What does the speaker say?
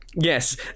Yes